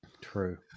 True